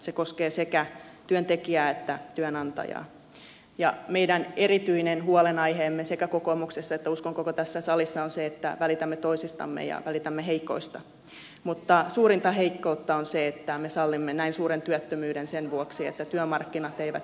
se koskee sekä työntekijää että työnantajaa ja meidän erityinen huolenaiheemme sekä kokoomuksessa että uskon koko tässä salissa on se että välitämme toisistamme ja välitämme heikoista mutta suurinta heikkoutta on se että me sallimme näin suuren työttömyyden sen vuoksi että työmarkkinat eivät jousta